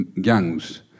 gangs